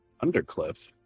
Undercliff